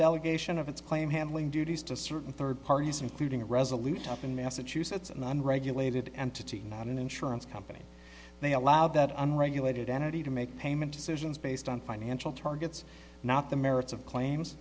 delegation of its claim handling duties to certain third parties including resolute up in massachusetts and then regulated entity not an insurance company they allow that unregulated entity to make payment decisions based on financial targets not the merits of claims